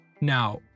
Now